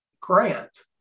grant